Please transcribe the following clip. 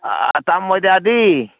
ꯑꯇꯥ ꯃꯣꯏꯗꯥꯗꯤ